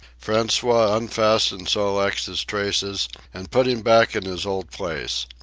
francois unfastened sol-leks's traces and put him back in his old place.